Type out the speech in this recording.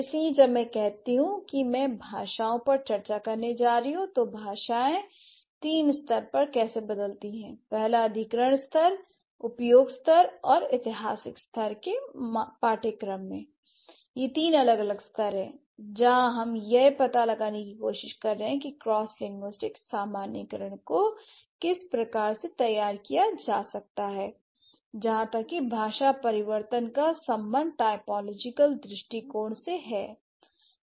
इसलिए जब मैं कहती हूं कि मैं भाषाओं पर चर्चा करने जा रही हूं तो भाषाएं तीन स्तरों पर कैसे बदलती हैं पहला अधिग्रहण स्तर उपयोग स्तर और इतिहास स्तर के पाठ्यक्रम में l ये तीन अलग अलग स्तर हैं जहां हम यह पता लगाने की कोशिश कर रहे हैं कि क्रॉस लिंग्विस्टिक्स सामान्यीकरण को किस प्रकार से तैयार किया जा सकता है जहां तक कि भाषा परिवर्तन का संबंध टाइपोलॉजिकल दृष्टिकोण से है